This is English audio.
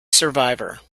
survivor